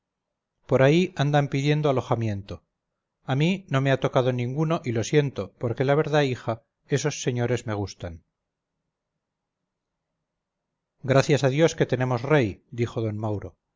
por ahí andan pidiendo alojamiento a mí no me ha tocado ninguno y lo siento porque la verdad hija esos señores me gustan gracias a dios que tenemos rey dijo d mauro